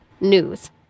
news